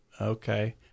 okay